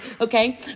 Okay